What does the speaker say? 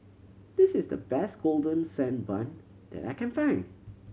this is the best Golden Sand Bun that I can find